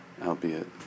albeit